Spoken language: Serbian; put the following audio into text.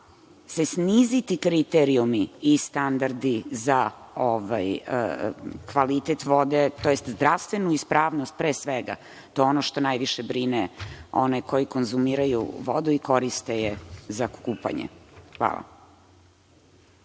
se sniziti kriterijumi i standardi za kvalitet vode, tj. zdravstvenu ispravnost, pre svega? To je ono što najviše brine one koji konzumiraju vodu i koriste je za kupanje. Hvala.